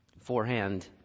Forehand